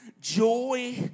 joy